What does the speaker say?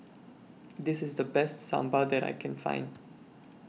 This IS The Best Sambar that I Can Find